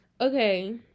Okay